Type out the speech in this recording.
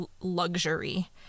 luxury